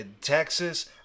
Texas